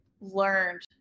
learned